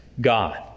God